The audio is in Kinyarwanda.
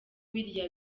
biriya